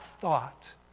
thought